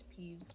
peeves